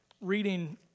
reading